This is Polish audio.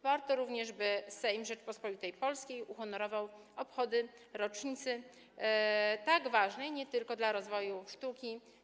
Warto również, by Sejm Rzeczypospolitej Polskiej uhonorował obchody rocznicy tak ważnej nie tylko dla rozwoju sztuki.